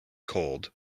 cold